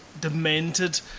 demented